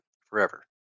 forever